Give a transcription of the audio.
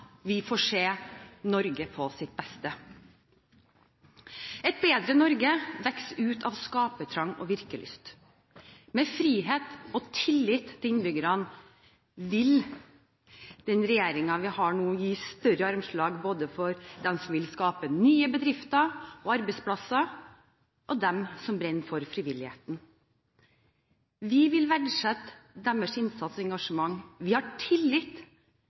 får vi se Norge på sitt beste. Et bedre Norge vokser ut av skapertrang og virkelyst. Med frihet og tillit til innbyggerne vil den regjeringen vi har nå, gi større armslag både for dem som vil skape nye bedrifter og arbeidsplasser, og dem som brenner for frivilligheten. Vi vil verdsette deres innsats og engasjement, vi har tillit